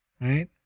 Right